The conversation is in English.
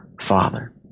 Father